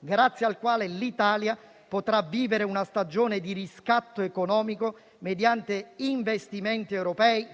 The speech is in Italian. grazie al quale l'Italia potrà vivere una stagione di riscatto economico mediante - finalmente - investimenti europei